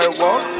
walk